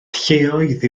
lleoedd